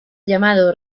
llamado